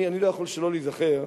אני לא יכול שלא להיזכר,